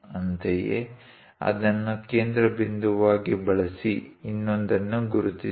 ಅಂತೆಯೇ ಅದನ್ನು ಕೇಂದ್ರಬಿಂದುವಾಗಿ ಬಳಸಿ ಇನ್ನೊಂದನ್ನು ಗುರುತಿಸಿ